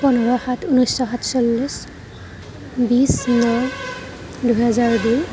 পোন্ধৰ সাত ঊনৈশ সাতচল্লিছ বিছ ন দুহেজাৰ দুই